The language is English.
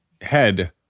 Head